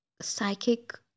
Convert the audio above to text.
psychic